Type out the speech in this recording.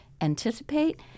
anticipate